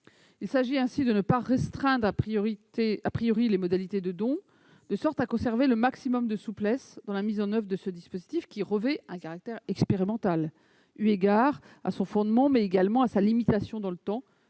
Il s'agit ainsi de ne pas restreindre les modalités de don, en sorte de conserver le maximum de souplesse dans la mise en oeuvre de ce dispositif. Celui-ci revêt en effet un caractère expérimental, eu égard à son fondement mais également à sa limitation dans le temps,